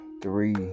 three